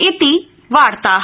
इति वार्ता